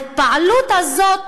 ההתפעלות הזאת